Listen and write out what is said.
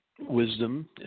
wisdom